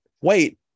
wait